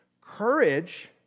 Courage